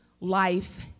life